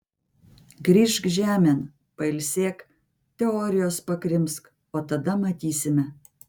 grįžk žemėn pailsėk teorijos pakrimsk o tada matysime